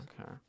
okay